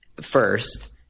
first